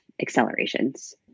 accelerations